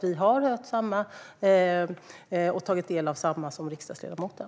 Vi har tagit del av samma saker som riksdagsledamoten.